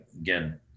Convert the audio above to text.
again